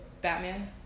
Batman